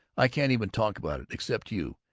i can't even talk about it, except to you,